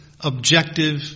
objective